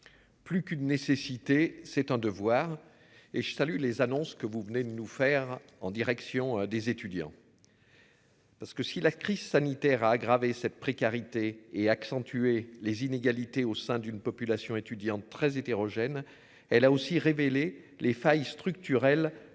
Plus qu'une nécessité, c'est un devoir et je salue les annonces que vous venez de nous faire en direction des étudiants. Parce que si la crise sanitaire a aggravé cette précarité et accentuer les inégalités au sein d'une population étudiante très hétérogène. Elle a aussi révélé les failles structurelles